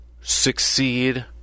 succeed